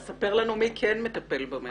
אז ספר לנו מי כן מטפל בנשק.